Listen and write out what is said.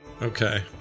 Okay